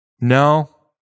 no